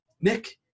Nick